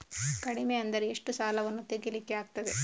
ಕಡಿಮೆ ಅಂದರೆ ಎಷ್ಟು ಸಾಲವನ್ನು ತೆಗಿಲಿಕ್ಕೆ ಆಗ್ತದೆ?